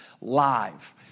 live